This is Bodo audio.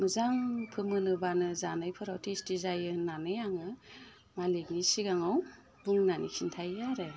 मोजां फोमोनोब्लानो जानायफोराव टेस्टि जायो होननानै आङो मालिखनि सिगाङाव बुंनानै खिन्थायो आरो